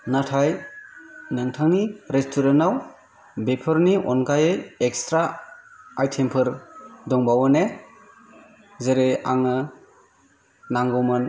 नाथाय नोंथांनि रेस्टुरेन्टआव बेफोरनि अनगायै एक्सट्रा आइटेमफोर दंबावो ने जेरै आंनो नांगौमोन